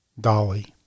Dolly